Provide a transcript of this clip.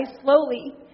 slowly